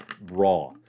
raw